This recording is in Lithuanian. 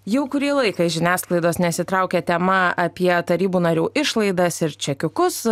jau kurį laiką iš žiniasklaidos nesitraukia tema apie tarybų narių išlaidas ir čekiukus